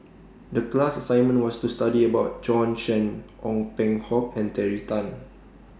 The class assignment was to study about Bjorn Shen Ong Peng Hock and Terry Tan